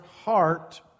heart